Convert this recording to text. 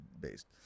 based